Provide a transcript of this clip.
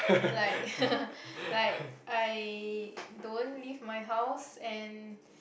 like like I don't leave my house and